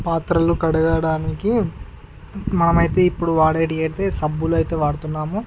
పాత్రలు కడగడానికి మనం అయితే ఇప్పుడు వాడేటి అయితే సబ్బులు అయితే వాడుతున్నాము